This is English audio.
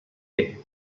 day